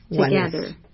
together